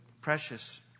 precious